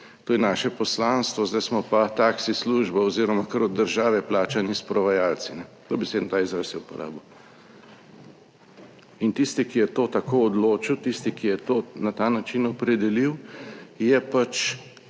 to je naše poslanstvo, zdaj smo pa taksi služba oz. kar od države plačani s provajalci." Dobesedno ta izraz je uporabil in tisti, ki je to tako odločil, tisti, ki je to na ta način opredelil je pač